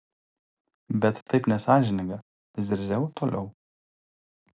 bet taip nesąžininga zirziau toliau